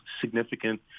significant